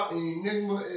Enigma